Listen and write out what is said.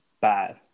bad